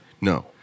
No